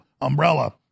umbrella